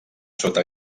sota